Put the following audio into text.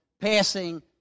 passing